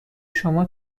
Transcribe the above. شما